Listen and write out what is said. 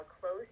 close